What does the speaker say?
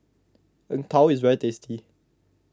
Png Tao is very tasty